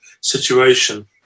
situation